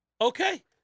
Okay